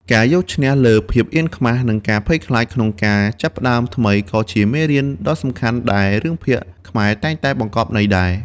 ការយកឈ្នះលើភាពអៀនខ្មាស និងការភ័យខ្លាចក្នុងការចាប់ផ្តើមថ្មីក៏ជាមេរៀនដ៏សំខាន់ដែលរឿងភាគខ្មែរតែងតែបង្កប់ន័យដែរ។